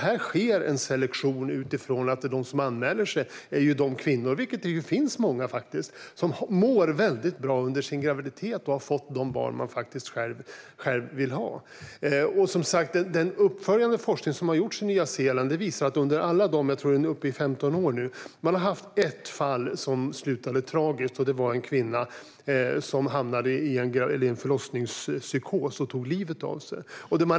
Här sker en selektion utifrån att de som anmäler sig är kvinnor som har mått bra under sina graviditeter - det finns faktiskt många som gör det - och som har fått de barn de själva vill ha. Den uppföljande forskning som har gjorts i Nya Zeeland visar som sagt att på alla de år som de har haft surrogatmoderskap - jag tror att de är uppe i 15 år nu - har de haft ett fall som slutade tragiskt. Det var en kvinna som fick en förlossningspsykos och tog livet av sig.